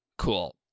cool